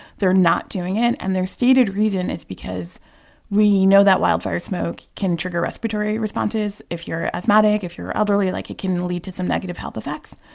they're not doing it. and their stated reason is because we know that wildfire smoke can trigger respiratory responses if you're asthmatic, if you're elderly, like, it can lead to some negative health effects.